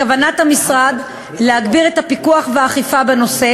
בכוונת המשרד להגביר את הפיקוח והאכיפה בנושא